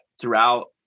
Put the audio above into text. throughout